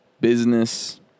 business